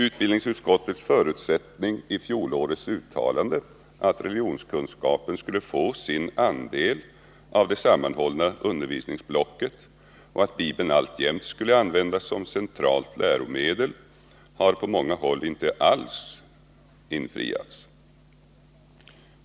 Utbildningsutskottets förutsättning i fjolårets uttalande, att religionkunskapen skulle få sin andel av det sammanhållna undervisningsblocket och att Bibeln alltjämt skulle användas som centralt läromedel, har på många håll inte alls infriats.